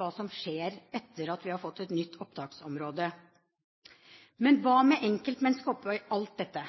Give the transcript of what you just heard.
hva som skjer etter at vi har fått et nytt opptaksområde. Men hva med enkeltmennesket oppe i alt dette?